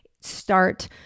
start